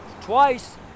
twice